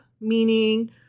meaning